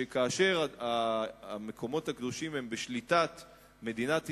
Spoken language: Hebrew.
שכאשר המקומות הקדושים הם בשליטת מדינת ישראל,